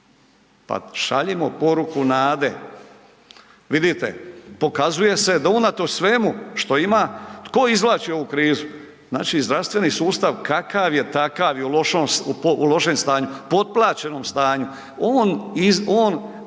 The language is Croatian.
pa šaljimo poruku nade. Vidite, pokazuje se da unatoč svemu što ima, tko izvlači ovu krizu? Znači, zdravstveni sustav kakav je takav je, u lošem stanju, potplaćenom stanju, on,